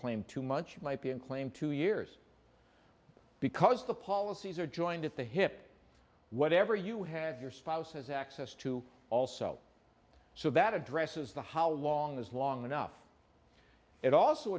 claim too much might be in claim two years because the policies are joined at the hip whatever you had your spouse has access to also so that addresses the how long is long enough it also